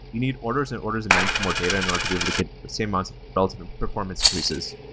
you need orders and orders of magnitude more data in order to be able to get same amounts of relative ah performance increases.